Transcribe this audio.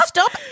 Stop